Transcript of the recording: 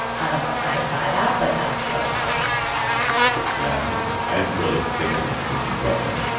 i don't know if i buy that, but that's the response yeah, i think it's. i really think is an interesting question,